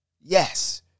Yes